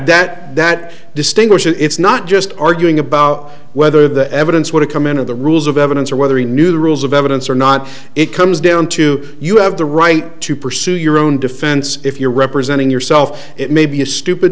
that that distinguishes it it's not just arguing about whether the evidence would come in to the rules of evidence or whether he knew the rules of evidence or not it comes down to you have the right to pursue your own defense if you're representing yourself it may be a stupid